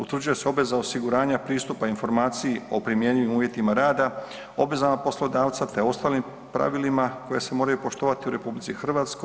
Utvrđuje se obveza osiguranja pristupa informaciji o primjenjivim uvjetima rada, obvezama poslodavca te ostalim pravilima koja se moraju poštovati u RH.